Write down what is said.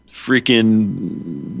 freaking